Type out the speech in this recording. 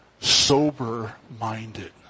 sober-minded